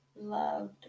loved